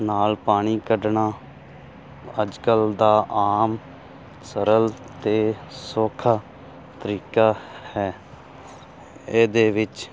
ਨਾਲ ਪਾਣੀ ਕੱਢਣਾ ਅੱਜ ਕੱਲ੍ਹ ਦਾ ਆਮ ਸਰਲ ਅਤੇ ਸੌਖਾ ਤਰੀਕਾ ਹੈ ਇਹਦੇ ਵਿੱਚ